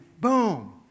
Boom